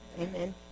Amen